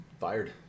Fired